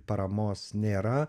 paramos nėra